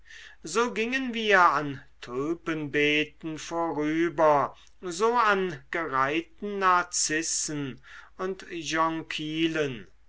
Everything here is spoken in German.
so gingen wir an tulpenbeeten vorüber so an gereihten narzissen und